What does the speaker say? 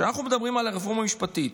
כשאנחנו מדברים על הרפורמה המשפטית,